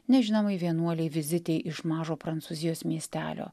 nežinomai vienuolei vizitei iš mažo prancūzijos miestelio